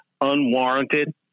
unwarranted